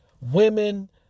women